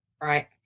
right